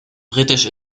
britisch